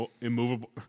immovable